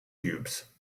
cubes